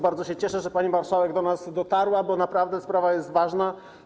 Bardzo się cieszę, że pani marszałek do nas dotarła, bo naprawdę sprawa jest ważna.